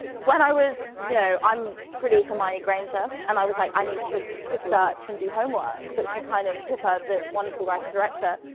when i was you know, i'm pretty hermione granger, and i was like, i need to research and do homework, bust but she kind of, pippa, the wonderful writer-director,